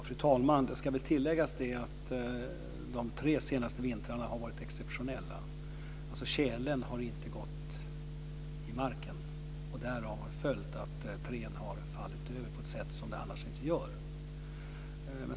Fru talman! Det ska väl tilläggas att de tre senaste vintrarna har varit exceptionella. Tjälen har inte gått i marken. Därav har följt att träd har fallit över på ett sätt som de annars inte gör.